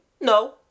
no